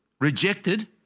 rejected